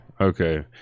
okay